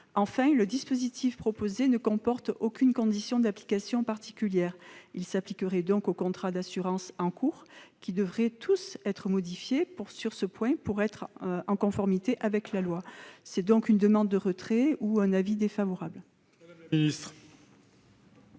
Enfin, le dispositif proposé ne comporte aucune condition d'application particulière. Il s'appliquerait donc aux contrats d'assurance en cours, qui devraient tous être modifiés sur ce point pour être en conformité avec la loi. Je sollicite donc le retrait de cet amendement